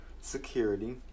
security